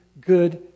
good